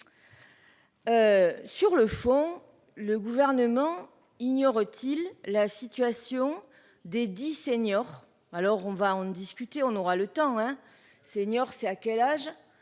Sur le fond, le gouvernement ignore-t-il la situation des 10 seniors. Alors on va en discuter, on aura le temps hein. Seniors, c'est à quel âge,